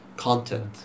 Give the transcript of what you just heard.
Content